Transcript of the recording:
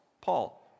Paul